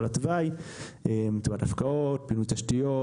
לטובת קידומי זמינות לאורך כל התוואי; לטובת הפקעות; פעילות תשתיות